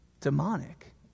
demonic